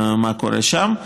מה קורה שם.